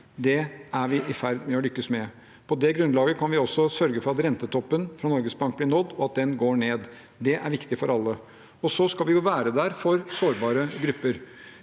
Det er vi i ferd med å lykkes med. På det grunnlaget kan vi også sørge for at rentetoppen fra Norges Bank blir nådd, og at den går ned. Det er viktig for alle. Så skal vi være der for sårbare grupper.